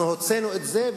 אנחנו הוצאנו את זה,